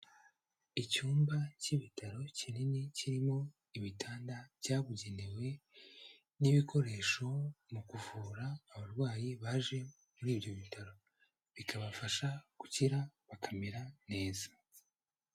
Icyumba cy'ibitaro kinini kirimo ibitanda byabugenewe n'ibikoresho mu kuvura abarwayi baje muri ibyo bitaro, bikabafasha gukira bakamera neza.